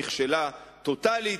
נכשלה טוטלית,